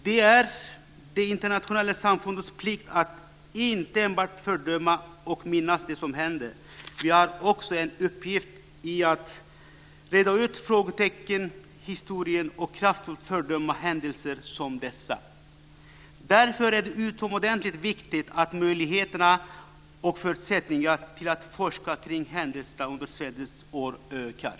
Det är det internationella samfundets plikt att inte enbart fördöma och minnas det som händer. Vi har också en uppgift i att räta ut frågetecknen i historien och kraftfullt fördöma händelser som dessa. Därför är det utomordentligt viktigt att möjligheterna och förutsättningarna att forska kring händelserna under svärdets år ökar.